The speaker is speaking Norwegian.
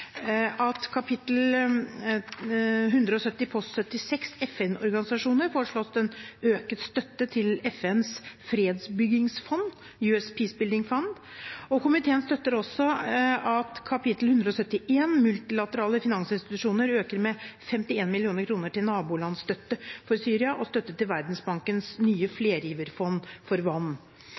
dette kapittel foreslås økt for å støtte FNs fredsbyggingsfond, UN Peacebuilding Fund. Komiteen støtter også at kap. 171, Multilaterale finansinstitusjonar, økes med 51 mill. kr til nabolandsstøtte for Syria og til Verdensbankens nye flergiverfond for vann.